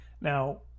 Now